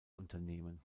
unternehmen